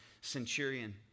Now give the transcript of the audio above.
centurion